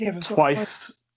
Twice